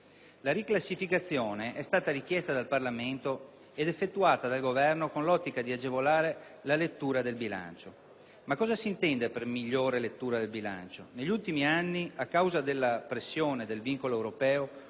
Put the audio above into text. La riclassificazione è stata richiesta dal Parlamento ed effettuata dal Governo, con l'ottica di agevolare la lettura del bilancio. Cosa si intende per migliore lettura del bilancio? Negli ultimi anni, a causa della pressione del vincolo europeo